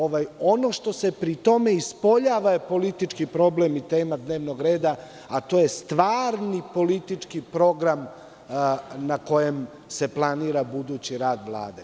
Ono što se pri tome ispoljava je politički problem i tema dnevnog reda, a to je stvarni politički program na kojem se planira budući rad Vlade.